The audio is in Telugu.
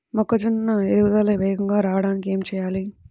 మొక్కజోన్న ఎదుగుదల వేగంగా రావడానికి ఏమి చెయ్యాలి?